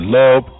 love